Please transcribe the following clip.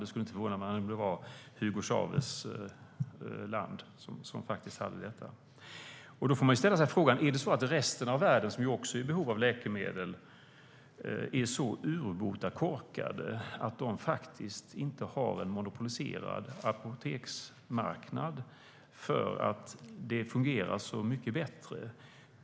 Det skulle inte förvåna mig om det var Hugo Chávez land. Då får man ställa sig frågan: Är det så att de i resten av världen, som också är i behov av läkemedel, är så urbota korkade att de inte har en monopoliserad apoteksmarknad, som fungerar så mycket bättre?